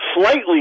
slightly